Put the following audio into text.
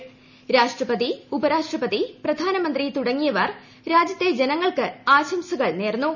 ് രാഷ്ട്രപതി ഉപരാഷ്ട്രപതി പ്രധാനമന്ത്രി തുടങ്ങിയവർ രാജ്യത്തെ ജനങ്ങൾക്ക് ആശംസകൾ നേർന്നു